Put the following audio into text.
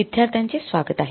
विद्यार्थ्यांचे स्वागत आहे